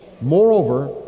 Moreover